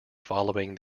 following